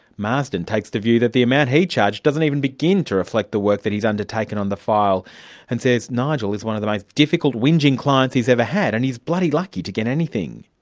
marsden takes the view that the amount he charged doesn't even begin to reflect the work that he's undertaken on the file and says nigel is one of the most difficult, whingeing clients he's ever had and he's bloody lucky to get anything.